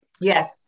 Yes